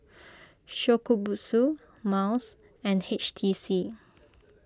Shokubutsu Miles and H T C